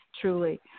truly